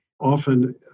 often